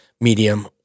medium